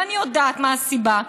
ואני יודעת מה הסיבה,